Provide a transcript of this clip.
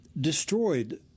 destroyed